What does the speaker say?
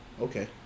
Okay